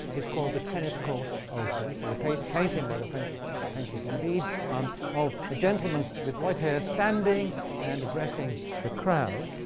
is called the tennis court oath. and this is a painting by the french painter david of a gentleman with white hair standing and addressing the crowd.